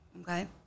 Okay